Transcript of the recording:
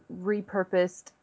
repurposed